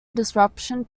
disruption